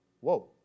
Whoa